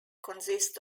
consists